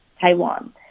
Taiwan